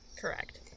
Correct